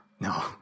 No